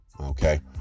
okay